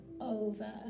over